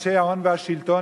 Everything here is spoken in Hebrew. אנשי ההון והשלטון,